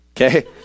Okay